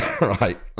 right